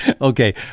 Okay